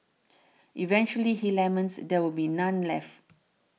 eventually he laments there will be none left